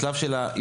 בשלב של האישור?